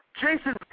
Jason